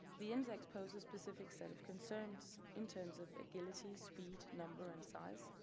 the insects pose a specific set of concerns in terms of agility, speed, number, and size,